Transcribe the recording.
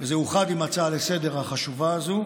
בעניין הספציפי הזה,